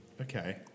Okay